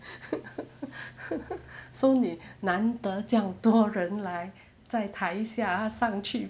so 你难得这样多人来在台下他上去